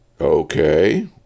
Okay